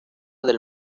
del